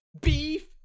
Beef